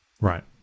right